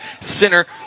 center